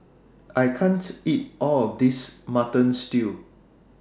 I can't eat All of This Mutton Stew